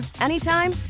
anytime